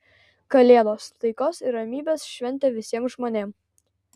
kalėdos taikos ir ramybės šventė visiem žmonėm